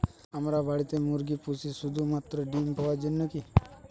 আমরা বাড়িতে মুরগি পুষি শুধু মাত্র ডিম পাওয়ার জন্যই কী?